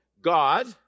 God